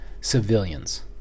civilians